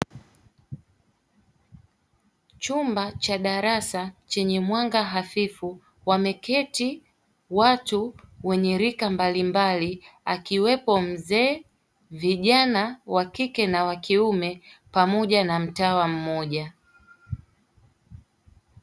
Chumba cha darasa chenye mwanga hafifu. Wameketi watu wenye rika mbalimbali akiwepo mzee, vijana wakike na wakiume pamoja na mtawa mmoja.